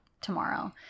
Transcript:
tomorrow